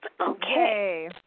Okay